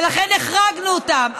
ולכן החרגנו אותם.